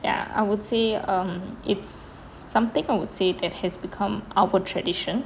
ya I would say um it's something I would say that has become our tradition